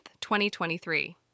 2023